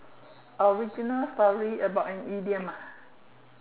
oh we do not sorry about item ah